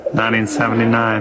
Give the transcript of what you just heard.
1979